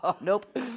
Nope